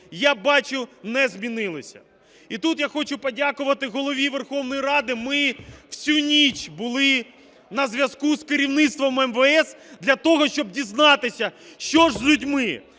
я бачу, не змінилися. І тут я хочу подякувати Голові Верховної Ради. Ми всю ніч були на зв'язку з керівництвом МВС для того, щоб дізнатися, що ж з людьми.